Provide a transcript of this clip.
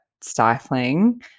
stifling